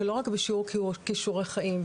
לא רק בשיעור כישורי חיים,